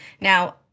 Now